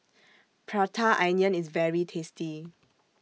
Prata Onion IS very tasty